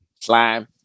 Slime